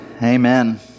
amen